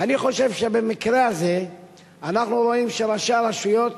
ואני חושב שבמקרה הזה אנחנו רואים שראשי הרשויות